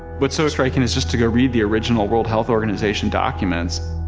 but so striking is just to go read the original world health organization documents,